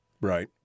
Right